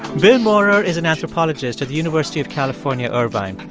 bill maurer is an anthropologist at the university of california, irvine.